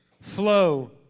flow